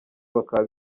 bakaba